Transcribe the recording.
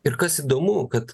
ir kas įdomu kad